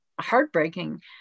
heartbreaking